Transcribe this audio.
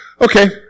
Okay